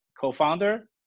co-founder